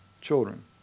children